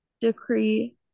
decree